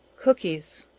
cookies.